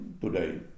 today